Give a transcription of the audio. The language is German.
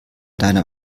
deiner